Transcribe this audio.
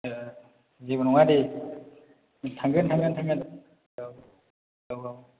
औ जेबो नङा दे थांगोन थांगोन थांगोन औ औ औ